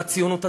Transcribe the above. לציונות הדתית,